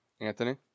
Anthony